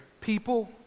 people